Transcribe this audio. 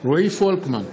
רועי פולקמן,